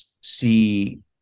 see